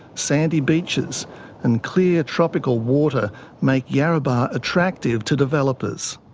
sandy beaches and clear tropical water make yarrabah attractive to developers.